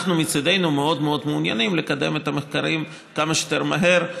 אנחנו מצידנו מאוד מאוד מעוניינים לקדם את המחקרים כמה שיותר מהר,